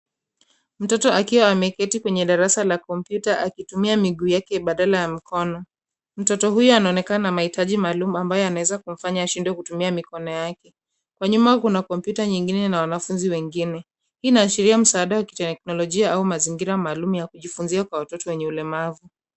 Mtoto akiwa ameketi kwenye darasa la kompyuta akitumia miguu yake badala ya mikono. Mtoto huyo anaonekana na mahitaji maalumu, ambaye yanaweza kumfanya ashindwe kutumia mikono yake. Kwa nyuma kuna kompyuta nyingine na wanafunzi wengine. Hii inaashiria msaada wa kiteknolojia au mazingira maalumu ya kujifunzia kwa watoto wenye ulemavu.